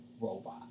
robot